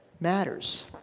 matters